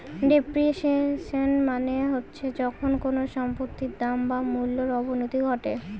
depreciation মানে হচ্ছে যখন কোনো সম্পত্তির দাম বা মূল্যর অবনতি ঘটে